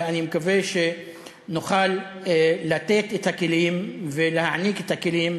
ואני מקווה שנוכל לתת את הכלים ולהעניק את הכלים,